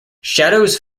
shadows